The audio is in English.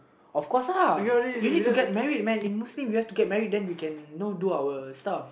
of course lah you need to get married man in Muslim we have to get married then we can know do our stuff